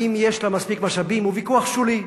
האם יש לה מספיק משאבים, הוא ויכוח שולי.